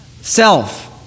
self